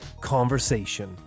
conversation